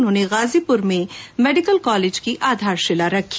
उन्होंने गाजीपुर में medical college की आधारशिला रखी